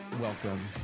Welcome